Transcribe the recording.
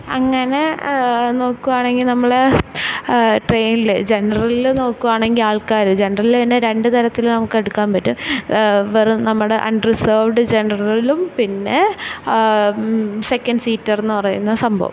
അങ്ങനെ നോക്കുവാണെങ്കില് നമ്മള് ട്രെയിനിലെ ജെനറലില് നോക്കുവാണെങ്കില് ആൾക്കാര് ജനറലില് തന്നെ രണ്ട് തരത്തിൽ നമുക്ക് എടുക്കാൻ പറ്റും വെറും നമ്മുടെ അൺറിസേർവ്ഡ് ജനറലിലും പിന്നെ സെക്കൻഡ് സീറ്റർ എന്ന് പറയുന്ന സംഭവം